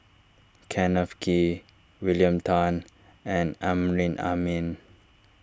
Kenneth Kee William Tan and Amrin Amin